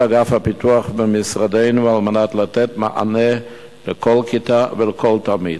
אגף הפיתוח במשרדנו על מנת לתת מענה לכל כיתה ולכל תלמיד,